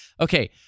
Okay